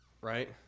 right